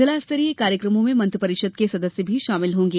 जिला स्तरीय कार्यक्रमों में मंत्रिपरिषद के सदस्य शामिल होंगे